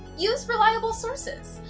use reliable sources.